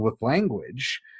language